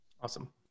Awesome